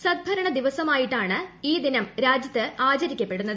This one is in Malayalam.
സദ്ഭരണ ദിവസമായിട്ടാണ് ഈ ദിനം രാജ്യത്ത് ആചരിക്കപ്പെടുന്നത്